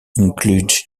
include